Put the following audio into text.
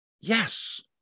Yes